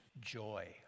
joy